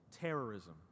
terrorism